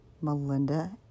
Melinda